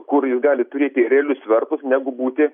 kur jis gali turėti realius svertus negu būti